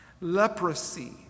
leprosy